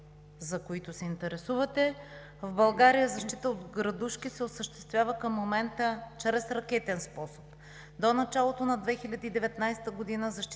за които се интересувате: в България защитата от градушки се осъществява към момента чрез ракетен способ. До началото на 2019 г. защитаваната